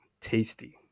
tasty